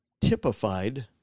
typified